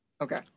Okay